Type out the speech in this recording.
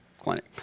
Clinic